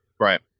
right